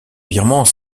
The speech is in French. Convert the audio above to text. birmans